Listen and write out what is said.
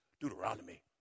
Deuteronomy